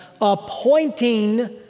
appointing